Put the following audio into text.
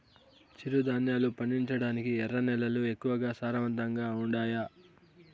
చిరుధాన్యాలు పండించటానికి ఎర్ర నేలలు ఎక్కువగా సారవంతంగా ఉండాయా